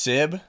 Sib